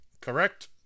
correct